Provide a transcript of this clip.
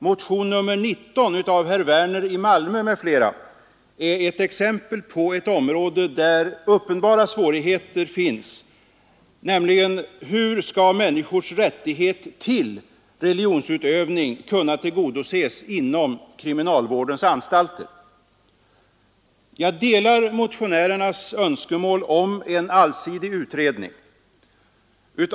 Motionen 19 av herr Werner i Malmö m.fl. är ett exempel på ett område där uppenbara svårigheter finns, nämligen då det gäller hur människors rättighet till religionsutövning skall kunna tillgodoses inom kriminalvårdens anstalter. Jag delar motionärernas önskemål om en allsidig utredning.